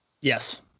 Yes